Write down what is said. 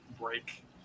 break